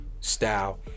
Style